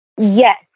Yes